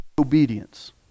obedience